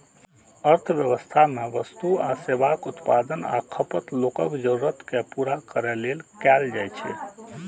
अर्थव्यवस्था मे वस्तु आ सेवाक उत्पादन आ खपत लोकक जरूरत कें पूरा करै लेल कैल जाइ छै